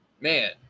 Man